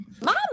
Mom